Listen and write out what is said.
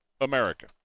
america